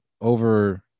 over